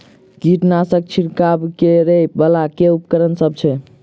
कीटनासक छिरकाब करै वला केँ उपकरण सब छै?